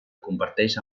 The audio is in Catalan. comparteix